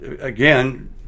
again